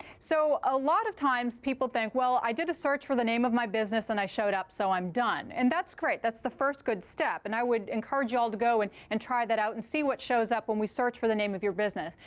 so a lot of times, people think, well, i did a search for the name of my business and i showed up, so i'm done. and that's great. that's the first good step. and i would encourage you all to go and and try that out and see what shows up when we search for the name of your business.